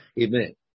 Amen